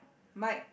mic